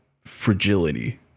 fragility